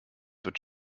wird